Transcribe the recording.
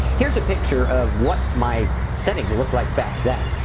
here's a picture of what my setting looked like back then.